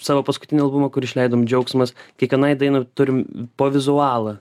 savo paskutinį albumą kur išleidom džiaugsmas kiekvienai dainai turim po vizualą